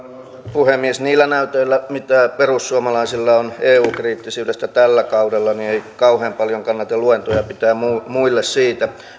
puhemies niillä näytöillä mitä perussuomalaisilla on eu kriittisyydestä tällä kaudella ei kauhean paljon kannata luentoja pitää muille muille siitä